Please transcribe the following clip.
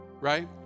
right